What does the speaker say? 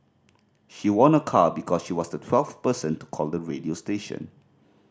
she won a car because she was the twelfth person to call the radio station